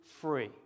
free